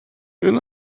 and